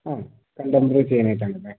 ആ കണ്ടംപററി ചെയ്യാനായിട്ടാണ് അല്ലേ